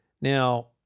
Now